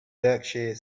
berkshire